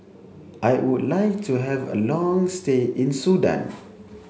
I would like to have a long stay in Sudan